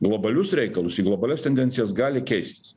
globalius reikalus į globalias tendencijas gali keistis